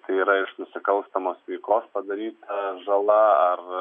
tai yra iš nusikalstamos veikos padaryta žala ar